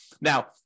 Now